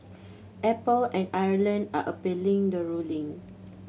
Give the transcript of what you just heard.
Apple and Ireland are appealing the ruling